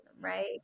right